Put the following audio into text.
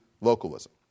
localism